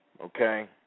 okay